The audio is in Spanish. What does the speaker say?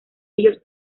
ellos